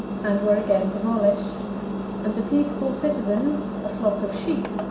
and were again demolished and the peaceful citizens, a flock of sheep,